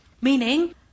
Meaning